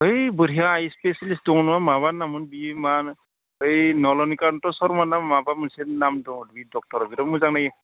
ओय बरहहिया आय स्पेसियेलिस्ट दङ माबा नाममोन बे माहोनो बै नलनिखान्थ शर्मा ना माबा मोनसे नाम दङ बि डक्ट'र बिराद मोजां नायो